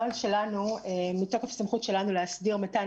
הנוהל שלנו מתוקף הסמכות שלנו להסדיר מתן